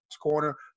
Corner